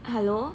hello